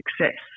success